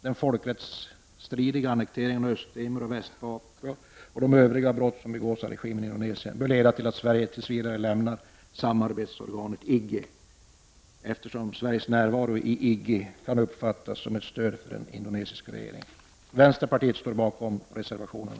Den folkrättsstridiga annekteringen av Östtimor och Västpapua och de övriga brott som begås av regimen i Indonesien bör leda till att Sverige tills vidare lämnar samarbetsorganet IGGI, eftersom Sveriges närvaro i IGGI kan uppfattas som ett stöd för den indonesiska regimen.